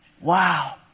Wow